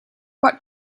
what